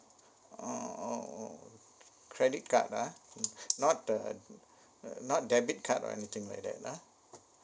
oh oh oh credit card ah not the uh not debit card or anything like that ah